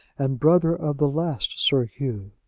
and brother of the last sir hugh.